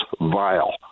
vile